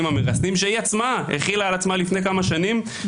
המרסנים שהיא עצמה החילה על עצמה לפני כמה שנים,